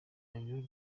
gabiro